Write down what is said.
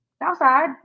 Outside